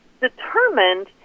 determined